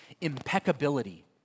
impeccability